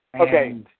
Okay